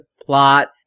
plot